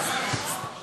לא אני קובע.